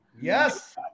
Yes